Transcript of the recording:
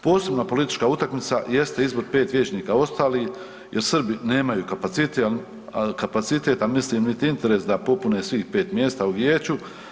Posebna politička utakmica jeste izbor 5 vijećnika ostali jer Srbi nemaju kapacitet, a mislim niti interes da popune svih 5 mjesta u vijeću.